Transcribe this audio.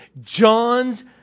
John's